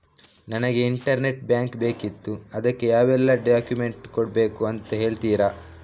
ನನಗೆ internet bank ಬೇಕಿತ್ತು ಅದಕ್ಕೆ ಯಾವೆಲ್ಲಾ ಡಾಕ್ಯುಮೆಂಟ್ಸ್ ಕೊಡ್ಬೇಕು ಅಂತ ಹೇಳ್ತಿರಾ?